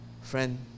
friend